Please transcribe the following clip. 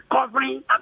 covering